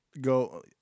go